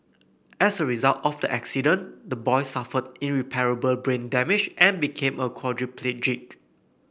as a result of the accident the boy suffered irreparable brain damage and became a quadriplegic